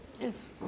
Yes